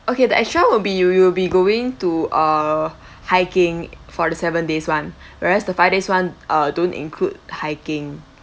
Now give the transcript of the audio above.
okay the extra will be you will be going to uh hiking for the seven days [one] whereas the five days [one] ah don't include hiking